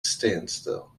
standstill